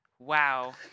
Wow